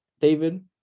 David